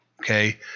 okay